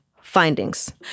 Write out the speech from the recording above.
findings